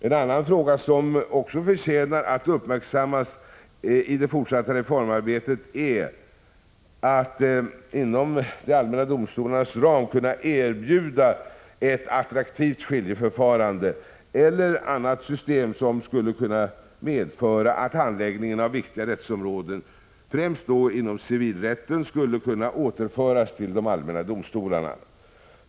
En annan fråga som förtjänar att uppmärksammas i det fortsatta reformarbetet är att inom de allmänna domstolarnas ram kunna erbjuda ett attraktivt skiljeförfarande eller annat system som skulle kunna medföra att handlägg Prot. 1985/86:141 ningen av viktiga rättsområden, främst inom civilrätten, skulle kunna 14 maj 1986 återföras till de allmänna domstolarna.